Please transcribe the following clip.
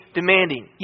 demanding